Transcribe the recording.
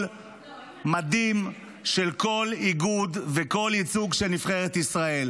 מדים של כל איגוד וכל ייצוג של נבחרת ישראל.